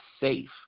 safe